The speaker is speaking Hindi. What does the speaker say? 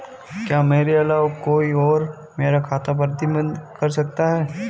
क्या मेरे अलावा कोई और मेरा खाता प्रबंधित कर सकता है?